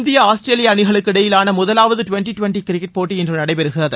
India Australia அணிகளுக்கு இடையேயாள முதலாவது டுவெண்டி டுவெண்டி கிரிக்கெட் போட்டி இன்று நடைபெறுகிறது